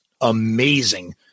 amazing